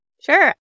Sure